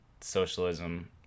socialism